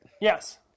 Yes